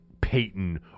Peyton